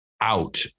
out